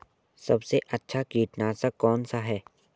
सबसे अच्छा कीटनाशक कौनसा है?